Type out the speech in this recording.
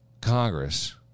Congress